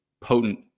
potent